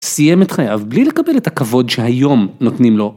סיים את חייו בלי לקבל את הכבוד שהיום נותנים לו.